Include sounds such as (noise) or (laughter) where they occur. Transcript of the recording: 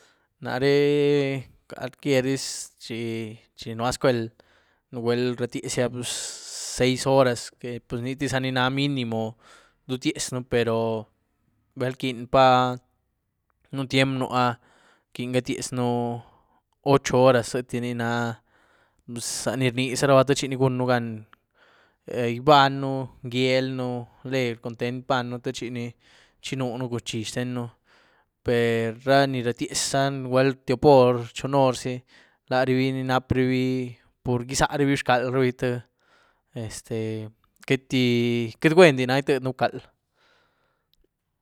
Naré cualquierdiz chi-chi nwua scueel, nugwel ratyiezia pus seis horas, pus nití za nina minimo rdutyiezyën pero bal rquieny pá nú tyiem áh, rquiny gatyiezën ocho horas, zïéti ni na zaní rníraba techi gun gan ibanyën, gyieelën legr, content', banyën techini chinuën cun zhí xtenën per ra ni ratyiez za nugwel tyop hor, chon hor zi, larabi nap'rabi pur gizárabi xcalrabi, tí (hesitation) este queity-queity gwuendi na itíëdyën bcal.